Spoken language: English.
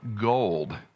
gold